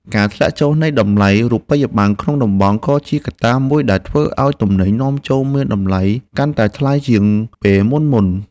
ការធ្លាក់ចុះនៃតម្លៃរូបិយបណ្ណក្នុងតំបន់ក៏ជាកត្តាមួយដែលធ្វើឱ្យទំនិញនាំចូលមានតម្លៃកាន់តែថ្លៃជាងពេលមុនៗ។